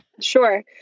Sure